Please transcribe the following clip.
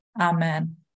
Amen